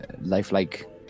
lifelike